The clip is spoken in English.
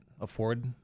afford